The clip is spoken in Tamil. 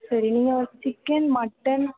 சரி நீங்கள் சிக்கன் மட்டன்